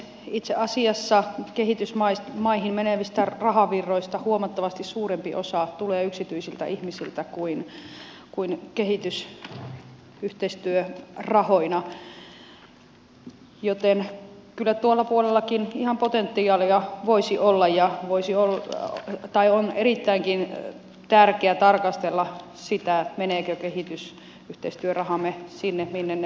itse asiassa kehitysmaihin menevistä rahavirroista huomattavasti suurempi osa tulee yksityisiltä ihmisiltä kuin kehitysyhteistyörahoina joten kyllä tuolla puolellakin ihan potentiaalia voisi olla ja voisi olla jotain on erittäin tärkeää tarkastella sitä menevätkö kehitysyhteistyörahamme sinne minne ne on tarkoitettu